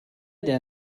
der